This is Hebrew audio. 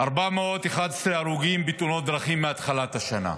411 הרוגים בתאונות דרכים מהתחלת השנה,